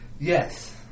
Yes